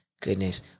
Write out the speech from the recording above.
goodness